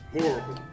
Horrible